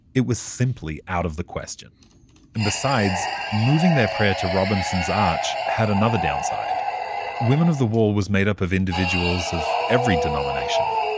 it was simply out of the question and besides, moving their prayer to robinson's arch had another downside women of the wall was made up of individuals of every denomination.